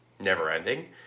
never-ending